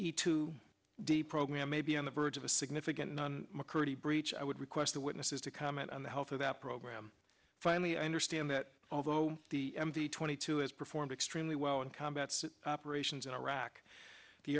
need to deprogram may be on the verge of a significant mccurdy breach i would request the witnesses to comment on the health of that program finally i understand that although the twenty two is performed extremely well in combat operations in iraq the